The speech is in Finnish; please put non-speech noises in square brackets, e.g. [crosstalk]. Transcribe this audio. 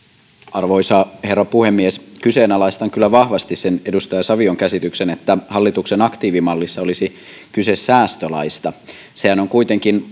arvoisa herra puhemies kyseenalaistan kyllä vahvasti sen edustaja savion käsityksen että hallituksen aktiivimallissa olisi kyse säästölaista sehän on kuitenkin [unintelligible]